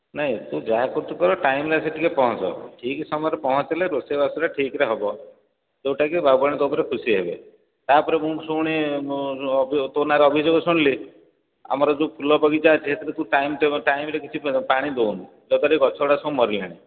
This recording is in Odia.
ନାଇଁ ତୁ ଯାହା କରୁଛୁ କର ଟାଇମ୍ରେ ଆସିକି ଟିକିଏ ପହଞ୍ଚ ଠିକ୍ ସମୟରେ ପହଞ୍ଚିଲେ ରୋଷେଇବାସଗୁଡ଼ା ଠିକ୍ରେ ହବ ଯେଉଁଟାକି ବାବୁଆଣୀ ତୋ ଉପରେ ଖୁସି ହେବେ ତା'ପରେ ମୁଁ ପୁଣି ତୋ ନାଁରେ ଅଭିଯୋଗ ଶୁଣିଲି ଆମର ଯେଉଁ ଫୁଲ ବଗିଚା ଅଛି ସେଥିରେ ତୁ ଟାଇମ୍ରେ କିଛି ପାଣି ଦେଉନୁ ଯଦ୍ୱାରାକି ଗଛଗୁଡ଼ା ସବୁ ମରିଲାଣି